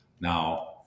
Now